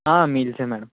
meals ఏ madam